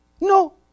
No